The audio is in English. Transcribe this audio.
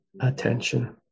attention